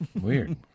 Weird